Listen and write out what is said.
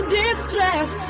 distress